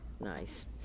Nice